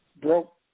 broke